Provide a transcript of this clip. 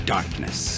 Darkness